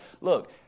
look